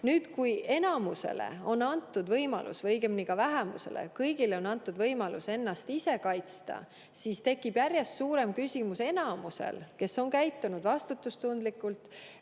Nüüd, kui enamusele on antud võimalus – või õigemini ka vähemusele –, kui kõigile on antud võimalus ennast ise kaitsta, siis tekib järjest suurem küsimus enamusel, kes on käitunud vastutustundlikult: